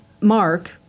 mark